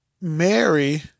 Mary